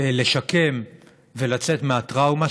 לשקם ולצאת מהטראומה,